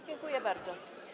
Dziękuję bardzo.